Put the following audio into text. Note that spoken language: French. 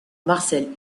marcel